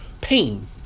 pain